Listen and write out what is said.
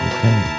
Okay